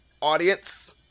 audience